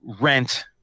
Rent